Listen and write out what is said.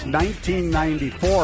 1994